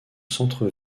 centre